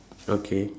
okay